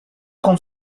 con